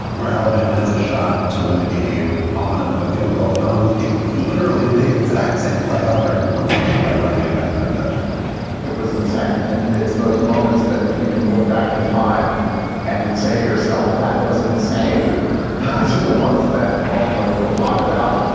where alabama has a shot to win the game on a field goal and on literally the exact same play, auburn wins the game by running it back for a touchdown it was insane. and it's those moments that if you can look back in time and say to yourself, that was insane. those are the ones that ultimately we'll talk about.